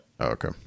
Okay